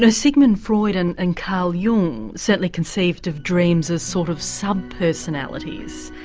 ah sigmund freud and and karl jung certainly conceived of dreams as sort of sub-personalities.